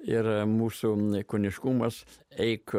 ir mūsų kūniškumas eik